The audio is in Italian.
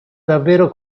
davvero